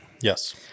Yes